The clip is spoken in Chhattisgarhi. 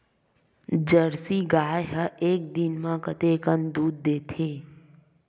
जर्सी गाय ह एक दिन म कतेकन दूध देथे?